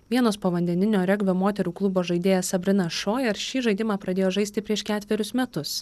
vienos povandeninio regbio moterų klubo žaidėja sabrina šojer ir šį žaidimą pradėjo žaisti prieš ketverius metus